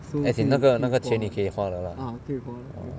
as in 那个那个钱你可以花的 lah